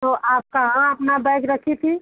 तो आप कहाँ अपना बैग रखी थीं